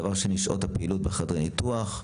אמרנו שזה תלונות על זמינות תורים לניתוח,